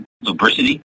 lubricity